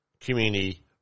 Community